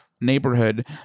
neighborhood